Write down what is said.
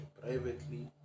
privately